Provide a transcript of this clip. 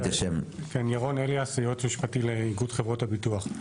ירון אליאס, ייעוץ משפטי לאיגוד חברות הביטוח.